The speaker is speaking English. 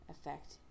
effect